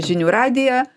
žinių radiją